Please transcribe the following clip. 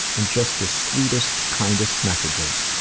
and just the sweetest, kindest messages.